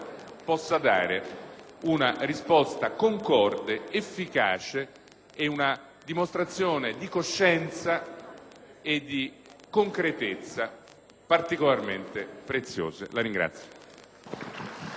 una risposta concorde ed efficace e una dimostrazione di coscienza e di concretezza particolarmente preziose. *(Applausi